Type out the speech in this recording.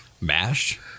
mash